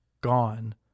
gone